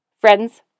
Friends